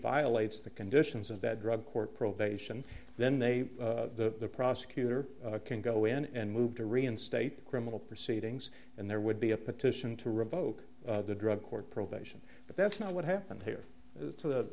violates the conditions of that drug court probation then they the prosecutor can go in and move to reinstate criminal proceedings and there would be a petition to revoke the drug court probation but that's not what happened here